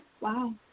Wow